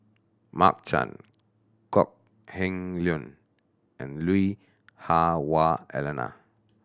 Mark Chan Kok Heng Leun and Lui Hah Wah Elena